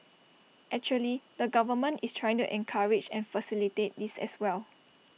actually the government is trying to encourage and facilitate this as well